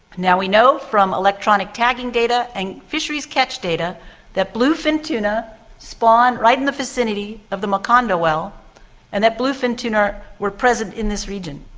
we know from electronic tagging data and fisheries catch data that bluefin tuna spawn right in the vicinity of the macondo well and that bluefin tuna were present in this region.